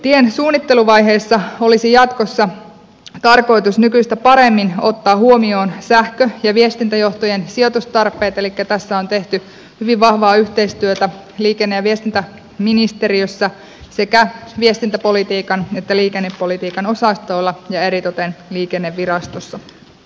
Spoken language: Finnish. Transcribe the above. tien suunnitteluvaiheessa olisi jatkossa tarkoitus nykyistä paremmin ottaa huomioon sähkö ja viestintäjohtojen sijoitustarpeet elikkä tässä on tehty hyvin vahvaa yhteistyötä liikenne ja viestintäministeriössä sekä viestintäpolitiikan että liikennepolitiikan osastoilla ja eritoten liikennevirastossa